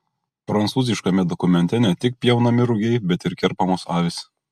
prancūziškame dokumente ne tik pjaunami rugiai bet ir kerpamos avys